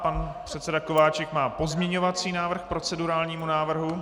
Pan předseda Kováčik má pozměňovací návrh k procedurálnímu návrhu.